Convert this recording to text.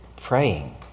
praying